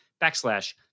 backslash